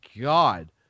God